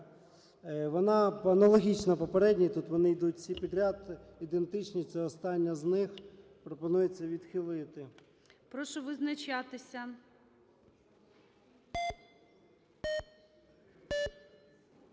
вона аналогічна попередній. Тут вони йдуть всі підряд, ідентичні, це остання з них. Пропонується відхилити. ГОЛОВУЮЧИЙ. Прошу визначатися.